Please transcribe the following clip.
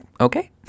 Okay